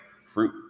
fruit